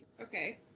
okay